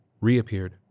reappeared